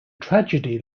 tragedy